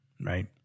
right